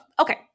Okay